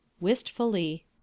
Wistfully